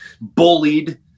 bullied